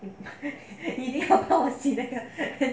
你没有报警